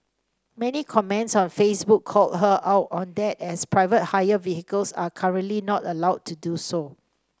many comments on Facebook called her out on that as private hire vehicles are currently not allowed to do so